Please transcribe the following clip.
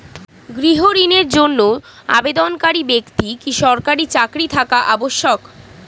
গৃহ ঋণের জন্য আবেদনকারী ব্যক্তি কি সরকারি চাকরি থাকা আবশ্যক?